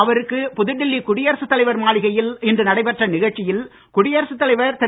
அவருக்கு புதுடில்லி குடியரசுத் தலைவர் மாளிகையில் இன்று நடைபெற்ற நிகழ்ச்சியில் குடியரசுத் தலைவர் திரு